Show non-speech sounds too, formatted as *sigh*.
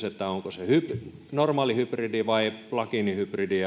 *unintelligible* että onko se normaali hybridi vai plug in hybridi *unintelligible*